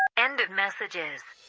end of messages